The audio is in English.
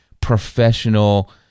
professional